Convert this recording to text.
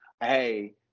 hey